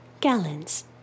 gallons